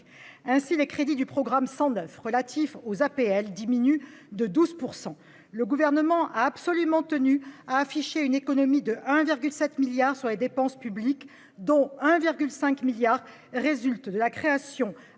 Ainsi, les crédits du programme 109 relatifs aux APL diminuent de 12 %. Le Gouvernement a absolument tenu à afficher une économie de 1,7 milliard d'euros sur les dépenses publiques, dont 1,5 milliard d'euros résultent de la création